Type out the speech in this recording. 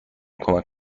کمک